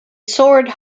soared